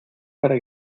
para